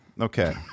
Okay